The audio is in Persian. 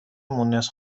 مونس